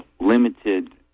limited